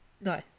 No